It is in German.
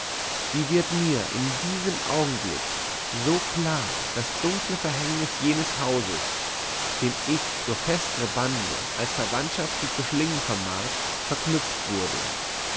wie wird mir in diesem augenblick so klar das dunkle verhängnis jenes hauses dem ich durch festere bande als verwandtschaft sie zu schlingen vermag verknüpft wurde